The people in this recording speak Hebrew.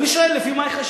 ואני שואל: לפי מה יחשבו?